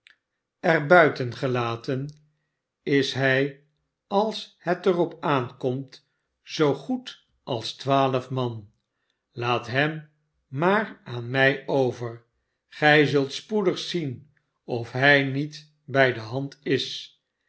buiten gelaten is hij als het er op aankomt zoo goed als twaalf man laat hem maar aan mij over gij zult spoedig zien of hij niet bij de hand is